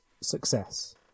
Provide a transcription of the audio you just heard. success